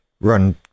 run